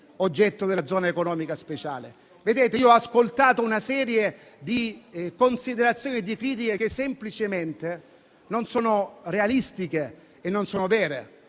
oggetto della zona economica speciale. Ho ascoltato una serie di considerazioni e critiche che semplicemente non sono realistiche; non sono vere.